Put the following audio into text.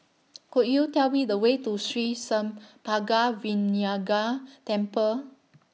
Could YOU Tell Me The Way to Sri Senpaga Vinayagar Temple